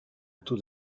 taux